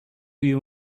you